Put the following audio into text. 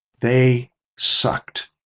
they sucked.